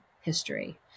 history